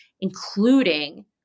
including